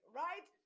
right